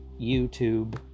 YouTube